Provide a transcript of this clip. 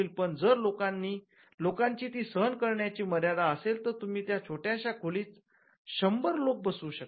पण जर लोकांची ते सहन करण्याची मर्यादा असेल तर तुम्ही त्या छोट्याशा खोलीत शंभर लोक बसवू शकता